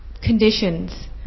conditions